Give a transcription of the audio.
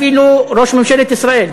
אפילו ראש ממשלת ישראל,